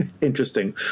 interesting